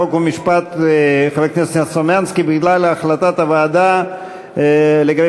חוק ומשפט חבר הכנסת סלומינסקי בעניין החלטת הוועדה לגבי